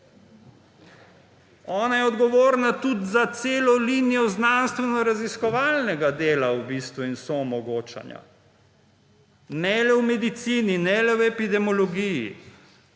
Ona je odgovorna tudi za celo linijo znanstvenoraziskovalnega dela v bistvu in soomogočanja, ne le v medicini ne le v epidemiologiji.